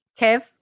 Kev